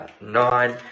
nine